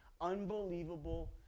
unbelievable